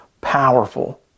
powerful